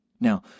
Now